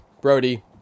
brody